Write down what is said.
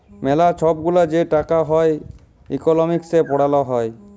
ম্যালা ছব গুলা যে টাকা হ্যয় ইকলমিক্সে পড়াল হ্যয়